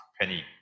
penny